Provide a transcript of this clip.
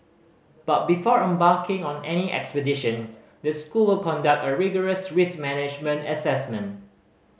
but before embarking on any expedition the school will conduct a rigorous risk management assessment